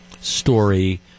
story